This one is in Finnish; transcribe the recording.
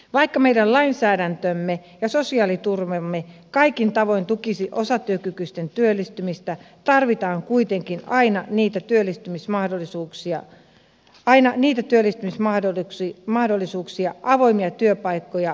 vaikka meidän lainsäädäntömme ja sosiaaliturvamme kaikin tavoin tukisi osatyökykyisten työllistymistä tarvitaan kuitenkin aina niitä työllistymismahdollisuuksia avoimia työpaikkoja avoimilla työmarkkinoilla